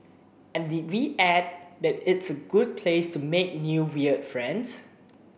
and did we add that it's a good place to make new weird friends